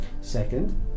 Second